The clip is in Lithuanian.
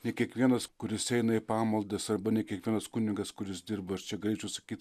ne kiekvienas kuris eina į pamaldas arba ne kiekvienas kunigas kuris dirba aš čia galėčiau sakyt